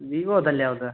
ವಿವೋದಲ್ಲಿ ಯಾವುದು